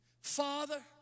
Father